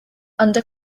under